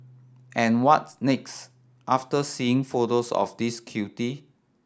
and what's next after seeing photos of this cutie